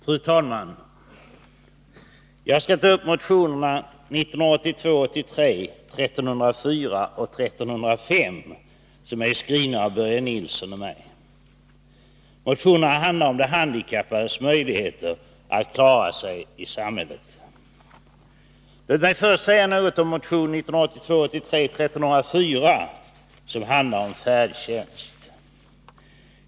Fru talman! Jag skall ta upp motionerna 1982/83:1304 och 1305 som är skrivna av Börje Nilsson och mig. Motionerna handlar om de handikappades möjligheter att klara sig i samhället. Låt mig först säga något om motion 1304, som handlar om färdtjänst.